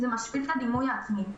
זה משפיל את הדימוי העצמי.